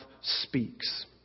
speaks